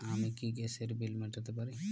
আমি কি গ্যাসের বিল মেটাতে পারি?